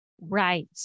Right